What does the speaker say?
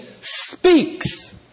speaks